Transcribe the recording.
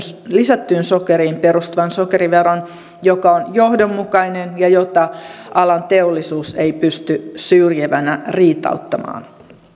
lisättyyn sokeriin perustuvan sokeriveron joka on johdonmukainen ja jota alan teollisuus ei pysty syrjivänä riitauttamaan